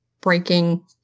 breaking